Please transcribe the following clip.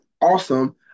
awesome